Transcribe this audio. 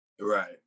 Right